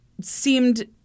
seemed